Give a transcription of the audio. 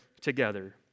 together